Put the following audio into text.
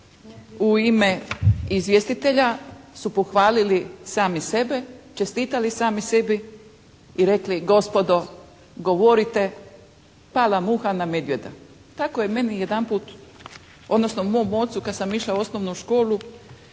u ime izvjestitelja su pohvalili sami sebe, čestitali sami sebi i rekli gospodo govorite "pala muha na medvjeda". Tako je meni jedanput odnosno mom ocu kad sam išla u osnovnu školu,